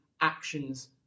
actions